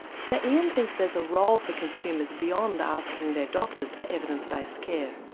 sir iain thinks there's a role for consumers beyond asking their doctors for evidence based care.